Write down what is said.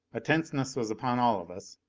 a tenseness was upon all of us,